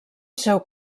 seu